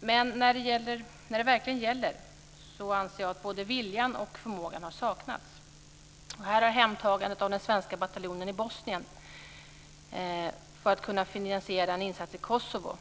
Men när det verkligen gäller har både viljan och förmågan saknats. Ett av de tydligaste bevisen är hemtagandet av den svenska bataljonen i Bosnien för att kunna finansiera en insats i Kosovo.